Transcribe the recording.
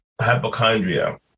hypochondria